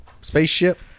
spaceship